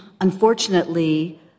unfortunately